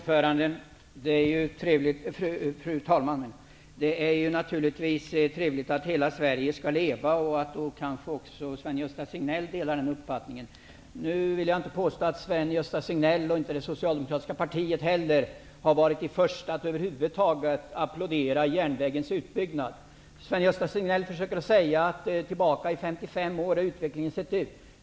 Fru talman! Det är ju trevligt att hela Sverige skall leva, och kanske delar också Sven-Gösta Signell den uppfattningen. Nu vill jag inte påstå att Sven Gösta Signell och Socialdemokratiska partiet har varit de första att applådera järnvägens utbyggnad. Sven-Gösta Signell hänvisar till hur utvecklingen har sett ut under 55 år.